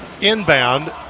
inbound